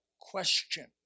question